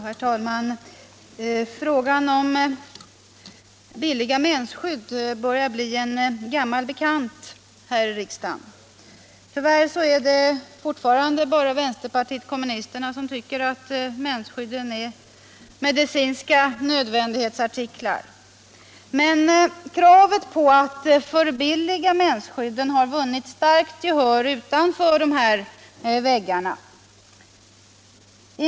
Herr talman! Frågan om billiga mensskydd börjar bli en gammal bekant i riksdagen. Tyvärr är det fortfarande bara vänsterpartiet kommunisterna som tycker att mensskydden är medicinska nödvändighetsartiklar. Men kravet på att mensskydden skall förbilligas har vunnit starkt gehör utanför riksdagens väggar.